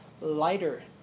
lighter